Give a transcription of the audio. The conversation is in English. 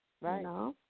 Right